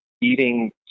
eating